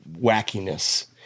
wackiness